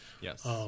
Yes